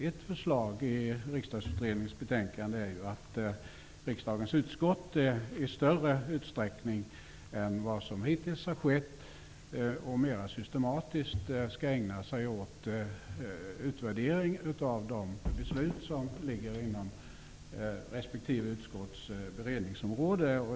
Ett förslag i Riksdagsutredningens betänkande är att riksdagens utskott i större utsträckning och mer systematiskt än hittills skall ägna sig åt utvärdering av de beslut som ligger inom respektive utskotts beredningsområde.